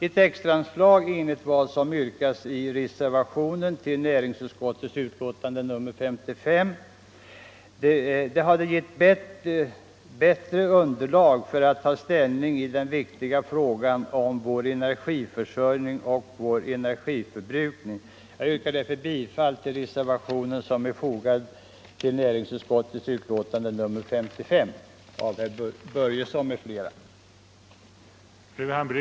Ett extraanslag enligt vad som yrkas i reservationen till näringsutskottets betänkande nr 55 skulle ha gett riksdagen ett bättre underlag för att ta ställning i den viktiga frågan om vår energiförsörjning och energiförbrukning. Jag yrkar därför bifall till den reservation av herr Börjesson i Glömminge m.fl. som är fogad till näringsutskottets betänkande.